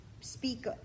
speak